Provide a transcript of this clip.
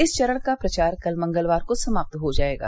इस चरण का प्रचार कल मंगलवार को समाप्त हो जायेगा